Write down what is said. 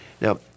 Now